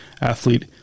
Athlete